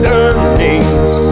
earnings